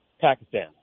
Pakistan